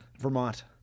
Vermont